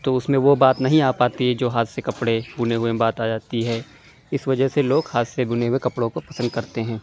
تو اُس میں وہ بات نہیں آ پاتی ہے جو ہاتھ سے کپڑے بُنے ہوئے میں بات آ جاتی ہے اِس وجہ سے لوگ ہاتھ سے بُنے ہوئے کپڑوں کو پسند کرتے ہیں